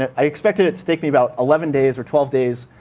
i expected it to take me about eleven days or twelve days.